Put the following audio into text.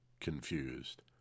confused